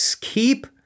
keep